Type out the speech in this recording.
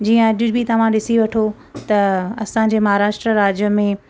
जीअं अॼ बि तव्हां ॾिसी वठो असांजे महाराष्ट्र राज्य में